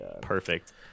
Perfect